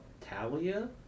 Talia